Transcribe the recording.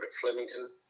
flemington